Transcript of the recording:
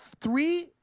three